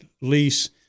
lease